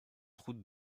route